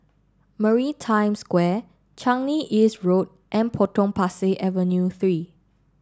Maritime Square Changi East Road and Potong Pasir Avenue Three